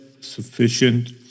sufficient